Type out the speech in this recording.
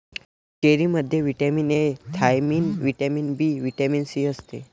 चेरीमध्ये vitamin A, thiamine, vitamin B, vitamin C असते